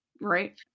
Right